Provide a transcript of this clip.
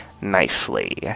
nicely